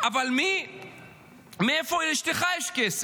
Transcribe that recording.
אבל מאיפה לאשתך יש כסף?